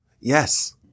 Yes